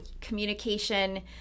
communication